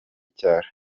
icyaro